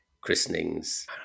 christenings